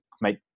make